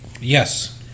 Yes